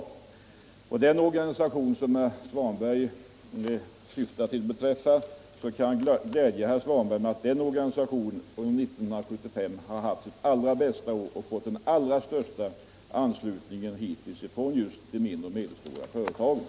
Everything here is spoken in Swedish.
Vad beträffar den företagareorganisation som herr Svanberg syftade på kan jag glädja herr Svanberg med att den organisationen under 1975 haft sitt allra bästa år hittills och fått den allra största anslutningen från just de mindre och medelstora företagen.